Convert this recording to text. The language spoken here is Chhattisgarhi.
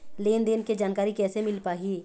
लेन देन के जानकारी कैसे मिल पाही?